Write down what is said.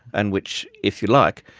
and which, if you like,